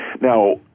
Now